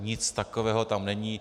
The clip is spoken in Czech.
Nic takového tam není.